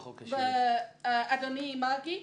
חבר הכנסת מרגי,